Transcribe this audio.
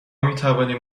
میتوانیم